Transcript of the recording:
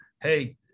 hey